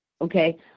okay